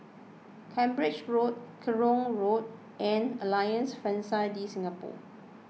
Cambridge Road Kerong Lane and Alliance Francaise De Singapour